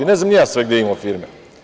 Ne znam ni ja sve gde je imao firme.